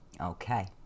Okay